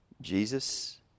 Jesus